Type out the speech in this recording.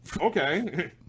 okay